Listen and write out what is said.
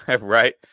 right